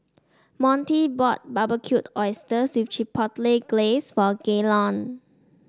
Montie bought Barbecued Oysters with Chipotle Glaze for Gaylon